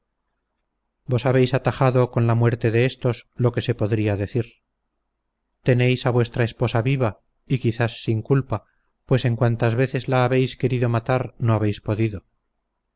vos habéis atajado con la muerte de estos lo que se podría decir tenéis a vuestra esposa viva y quizás sin culpa pues en cuantas veces la habéis querido matar no habéis podido